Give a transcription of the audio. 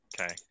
Okay